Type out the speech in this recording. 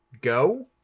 go